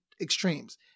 extremes